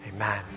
Amen